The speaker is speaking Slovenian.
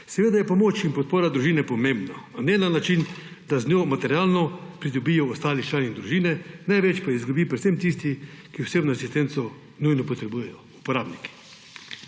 Seveda je pomoč in podpora družine pomembna, a ne na način, da z njo materialno pridobijo ostali člani družine, največ pa izgubijo predvsem tisti, ki osebno asistenco nujno potrebujejo – uporabniki.